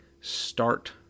start